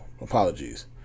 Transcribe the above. Apologies